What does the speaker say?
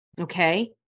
Okay